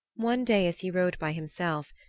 one day, as he rode by himself,